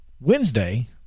wednesday